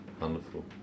Wonderful